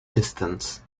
distance